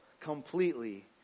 completely